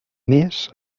més